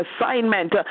assignment